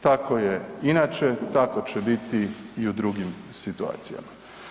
Tako je inače, tako će biti i u drugim situacijama.